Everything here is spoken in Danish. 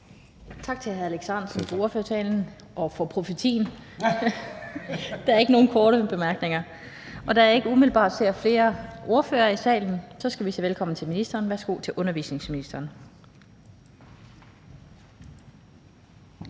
Tak til hr. Alex Ahrendtsen for ordførertalen og for profetien. Der er ikke nogen korte bemærkninger. Og da jeg ikke umiddelbart ser flere ordførere i salen, skal vi sige velkommen til ministeren. Værsgo til undervisningsministeren.